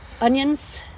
Onions